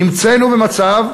נמצאנו במצב,